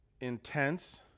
intense